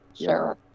Sure